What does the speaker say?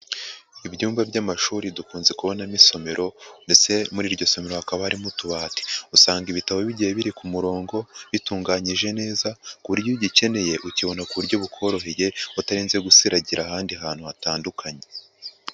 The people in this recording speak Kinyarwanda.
Ibyumba by'amashuri dukunze kubonamo isomero ndetse muri iryo somero hakaba harimo utubati, usanga ibitabo bigiye biri ku murongo, bitunganyije neza, ku buryo iyo ugikeneye ukibona ku buryo bukoroheye, utarinze gusiragira ahandi hantu hatandukanye.